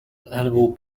animal